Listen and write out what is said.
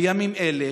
בימים אלה,